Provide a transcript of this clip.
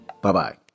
Bye-bye